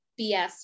BS